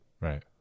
Right